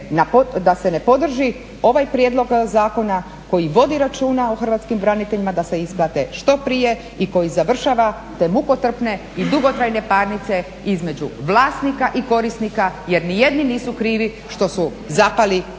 da se ne podrži ovaj prijedlog zakona koji vodi računa o hrvatskim braniteljima da se isplate što prije i koji završava te mukotrpne i dugotrajne parnice između vlasnika i korisnika jer ni jedni nisu krivi što su zapali